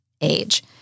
age